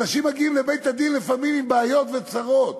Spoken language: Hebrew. אנשים מגיעים לבית-הדין לפעמים עם בעיות וצרות,